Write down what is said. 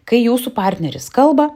kai jūsų partneris kalba